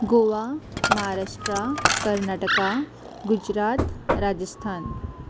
Goa Maharashtra Karnataka Gujarat Rajasthan